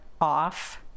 off